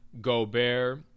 Gobert